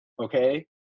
okay